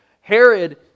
Herod